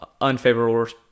unfavorable